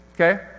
Okay